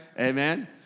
Amen